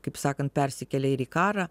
kaip sakant persikelia ir į karą